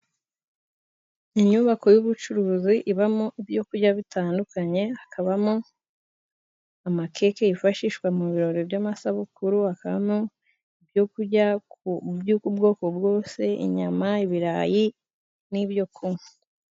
Inyubako y'ubucuruzi ibamo ibyo kurya bitandukanye, hakabamo amakeke yifashishwa mu birori by'amasabukuru, hakabamo ibyo kurya by'ubwoko bwose: inyama, ibirayi, n'ibyo kunywa.